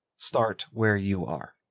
start where you are.